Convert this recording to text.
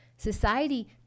Society